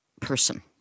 person